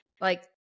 like-